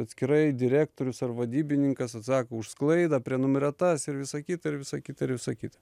atskirai direktorius ar vadybininkas atsako už sklaidą prenumerata ir visa kita ir visa kita ir visa kita